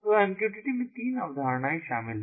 तो MQTT में तीन अवधारणाएँ शामिल हैं